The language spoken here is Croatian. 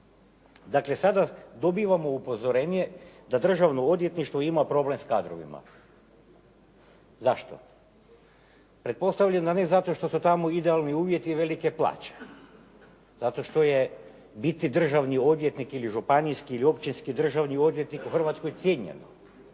Dakle, sada dobivamo upozorenje da Državno odvjetništvo ima problem s kadrovima. Zašto? Pretpostavljam da ne zato što su tamo idealni uvjeti i velike plaće. Zato što je biti državni odvjetnik ili županijski ili općinski državni odvjetnik u Hrvatskoj cijenjeno.